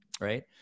Right